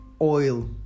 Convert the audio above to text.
oil